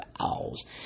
Owls